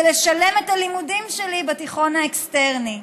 לשלם את הלימודים שלי בתיכון האקסטרני.